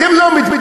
אתם לא מתביישים?